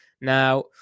Now